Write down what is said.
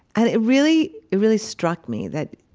and it really it really struck me that,